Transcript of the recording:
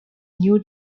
new